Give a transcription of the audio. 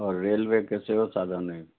आओर रेलवेके सेहो साधन अइ